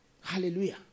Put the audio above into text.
Hallelujah